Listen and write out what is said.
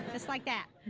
just like that.